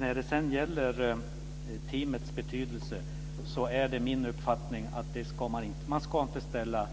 När det sedan gäller teamets betydelse är det min uppfattning att man inte ska ställa